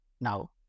now